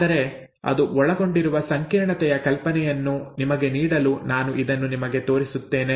ಆದರೆ ಅದು ಒಳಗೊಂಡಿರುವ ಸಂಕೀರ್ಣತೆಯ ಕಲ್ಪನೆಯನ್ನು ನಿಮಗೆ ನೀಡಲು ನಾನು ಇದನ್ನು ನಿಮಗೆ ತೋರಿಸುತ್ತೇನೆ